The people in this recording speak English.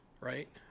right